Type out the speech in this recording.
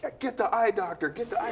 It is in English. ah get the eye doctor! get the eye